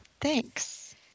Thanks